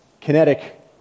kinetic